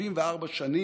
74 שנה